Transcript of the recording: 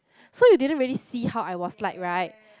so you didn't really see how I was like right